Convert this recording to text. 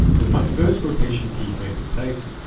with my first rotation keyframe in place,